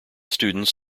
students